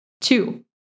Two